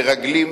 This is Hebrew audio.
מרגלים,